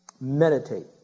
Meditate